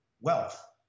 wealth